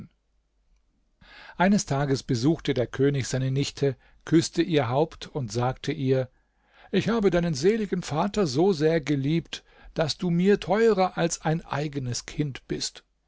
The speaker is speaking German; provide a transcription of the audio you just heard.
eines tages besuchte der könig seine nichte küßte ihr haupt und sagte ihr ich habe deinen seligen vater so sehr geliebt daß du mir teurer als ein eigenes kind bist